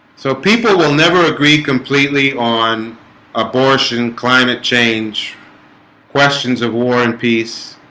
so people will never agree completely on abortion climate change questions of war and peace